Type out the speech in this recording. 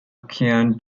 qian